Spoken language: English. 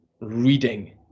reading